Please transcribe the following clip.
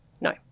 No